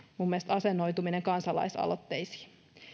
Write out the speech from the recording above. asennoituminen kansalaisaloitteisiin